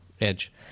edge